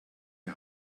die